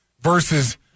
Versus